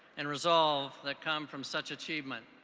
and resolve that come from such achievement.